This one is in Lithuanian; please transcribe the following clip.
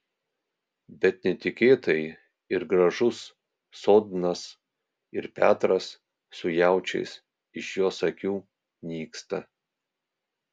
bet netikėtai ir gražus sodnas ir petras su jaučiais iš jos akių nyksta